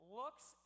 looks